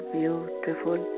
beautiful